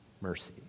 mercy